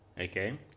Okay